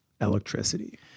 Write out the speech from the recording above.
electricity